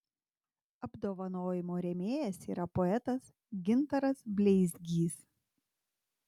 apdovanojimo rėmėjas yra poetas gintaras bleizgys